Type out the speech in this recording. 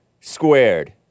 squared